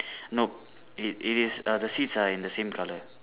nope it is err the seats are in the same colour